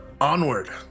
onward